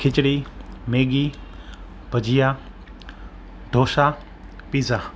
khichdi Maggi bhajiya dosa pizza